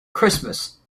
christmas